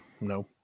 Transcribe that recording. no